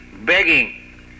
begging